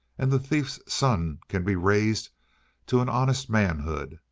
and the thief's son can be raised to an honest manhood.